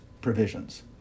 provisions